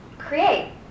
create